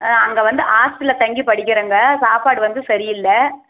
ஆ அங்கே வந்து ஹாஸ்டலில் தங்கி படிக்கிறங்க சாப்பாடு வந்து சரியில்லை